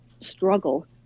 struggle